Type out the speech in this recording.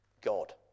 God